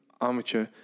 amateur